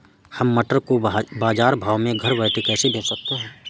हम टमाटर को बाजार भाव में घर बैठे कैसे बेच सकते हैं?